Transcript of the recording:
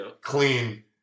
clean